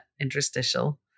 interstitial